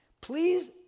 please